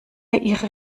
ihre